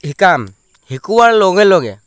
শিকাম শিকোৱাৰ লগে লগে